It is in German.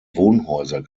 wohnhäuser